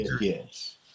yes